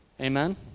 Amen